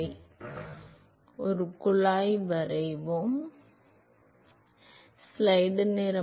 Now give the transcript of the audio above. நாம் வரைவோம் ஒரு குழாய் வரைவோம்